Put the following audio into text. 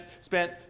spent